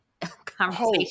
conversation